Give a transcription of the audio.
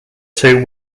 two